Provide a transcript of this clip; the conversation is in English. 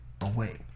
away